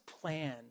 plan